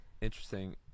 interesting